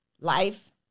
Life